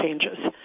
changes